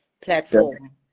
platform